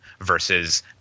versus